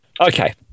Okay